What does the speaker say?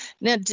Now